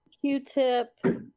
Q-Tip